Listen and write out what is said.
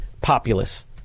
populace